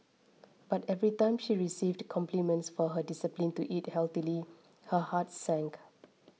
but every time she received compliments for her discipline to eat healthily her heart sank